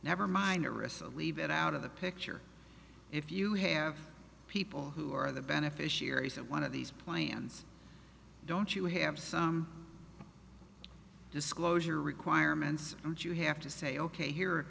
never mind the rest of leave it out of the picture if you have people who are the beneficiaries of one of these plans don't you have some disclosure requirements and you have to say ok here